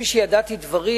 אף-על-פי שידעתי דברים,